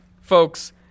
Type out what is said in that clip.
folks